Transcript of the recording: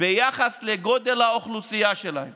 ביחס לגודל האוכלוסייה שלהן